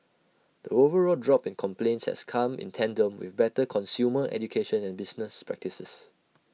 the overall drop in complaints has come in tandem with better consumer education and business practices